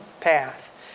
path